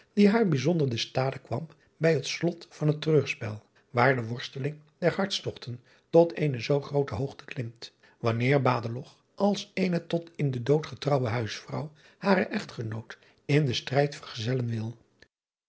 die haar bijzonder de stade kwam bij het slot van het reurspel waar de worsteling der hartstogten tot eene zoo groote hoogte klimt wanneer adeloch als eene tot in den dood getrouwe huisvrouw haren echtgenoot in den strijd vergezellen wil